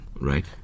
right